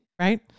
right